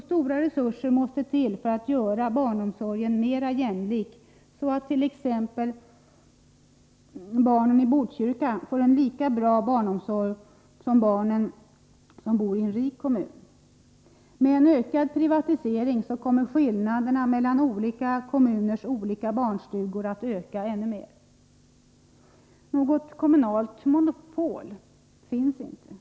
Stora resurser måste till för att göra barnomsorgen mer jämlik, så att t.ex. barnen i Botkyrka får en lika bra barnomsorg som de barn som bor i en rik kommun. Med en ökad privatisering kommer skillnaderna mellan olika kommuners olika barnstugor att öka ännu mer. Något kommunalt monopol finns inte.